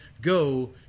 go